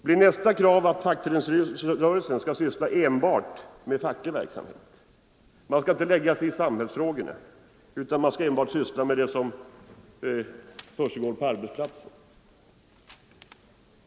Blir nästa krav att fackföreningsrörelsen skall syssla med enbart facklig verksamhet, inte lägga sig i samhällsfrågorna utan enbart syssla med det som försiggår på arbetsplatsen?